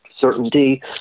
certainty